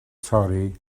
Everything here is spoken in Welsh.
torri